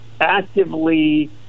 actively